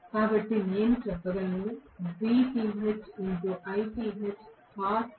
కాబట్టి నేను చెప్పగలను